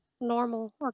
normal